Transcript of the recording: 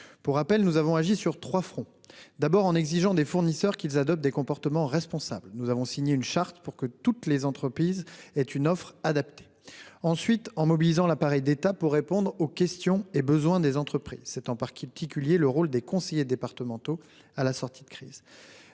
premières. Nous avons agi sur trois fronts. D'abord, en exigeant des fournisseurs qu'ils adoptent des comportements responsables. Nous avons signé une charte pour que toutes les entreprises aient une offre adaptée. Ensuite, en mobilisant l'appareil d'État pour répondre aux questions et besoins des entreprises. C'est le rôle, notamment, des conseillers départementaux à la sortie de crise.